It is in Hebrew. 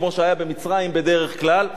כמו שהיה במצרים בדרך כלל,